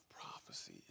prophecy